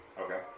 Okay